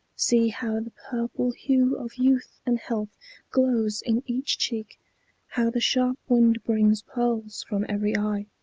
see how the purple hue of youth and health glows in each cheek how the sharp wind brings pearls from every eye,